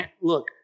look